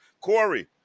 Corey